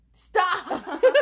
Stop